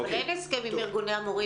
אין הסכם עם ארגוני המורים,